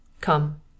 Come